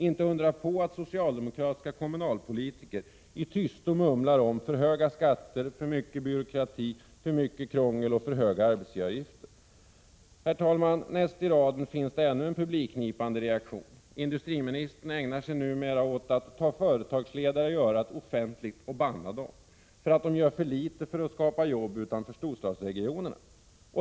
Inte undra på att socialdemokratiska kommunalpolitiker i tysthet mumlar om för höga skatter och arbetsgivaravgifter samt för mycket byråkrati och krångel. Herr talman! Näst i raden finns det ännu en publikknipande reaktion. Industriministern ägnar sig numera åt att ta företagsledarna i örat och banna dem offentligt för att de gör för litet för att skapa jobb utanför storstadsregionerna.